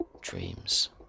dreams